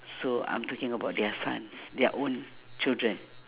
so I'm talking about their sons their own children